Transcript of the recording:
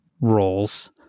roles